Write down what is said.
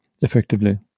effectively